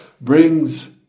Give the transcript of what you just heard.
brings